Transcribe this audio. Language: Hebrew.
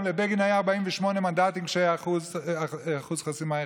לבגין היו 48 מנדטים כשהיה 1% חסימה,